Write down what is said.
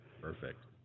perfect